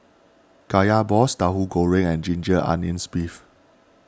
Kaya Balls Tauhu Goreng and Ginger Onions Beef